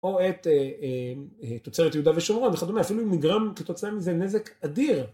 או את תוצרת יהודה ושומרון וכדומה, אפילו אם נגרם כתוצאה מזה נזק אדיר.